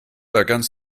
against